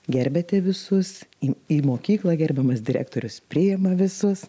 gerbiate visus į į mokyklą gerbiamas direktorius priima visus